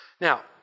Now